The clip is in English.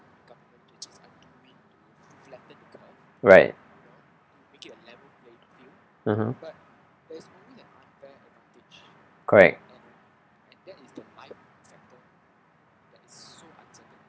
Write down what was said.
right (uh huh) correct